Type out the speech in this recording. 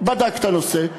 בדק את הנושא,